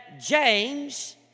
James